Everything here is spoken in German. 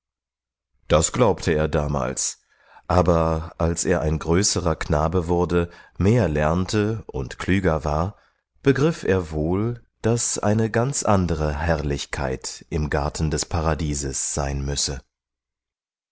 das glaubte er damals aber als er ein größerer knabe wurde mehr lernte und klüger war begriff er wohl daß eine ganz andere herrlichkeit im garten des paradieses sein müsse